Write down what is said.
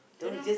don't know